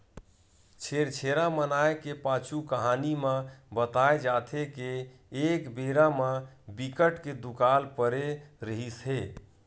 छेरछेरा मनाए के पाछू कहानी म बताए जाथे के एक बेरा म बिकट के दुकाल परे रिहिस हे